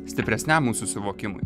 stipresniam mūsų susivokimui